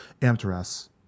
Amteras